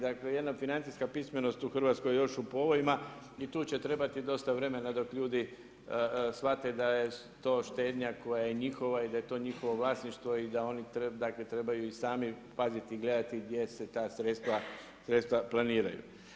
Dakle, jedna financijska pismenost u Hrvatskoj je još u povojima i tu će trebati dosta vremena dok ljudi shvate da je to štednja koja je njihova i da je to njihovo vlasništvo i da oni, dakle trebaju i sami paziti i gledati gdje se ta sredstva planiraju.